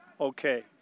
okay